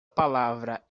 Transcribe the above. palavra